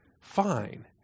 Fine